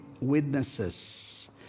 witnesses